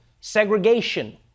segregation